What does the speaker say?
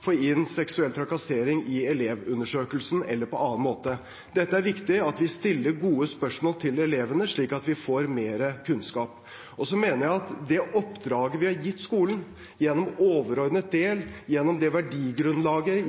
få inn seksuell trakassering i elevundersøkelsen eller på annen måte. Det er viktig at vi stiller gode spørsmål til elevene, slik at vi får mer kunnskap. Så mener jeg at med det oppdraget vi har gitt skolen gjennom overordnet del – gjennom verdigrunnlaget,